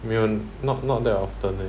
没有 not not that often